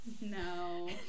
No